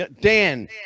Dan